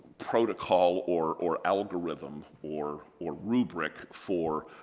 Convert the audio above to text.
protocol or or algorithm or or rubric for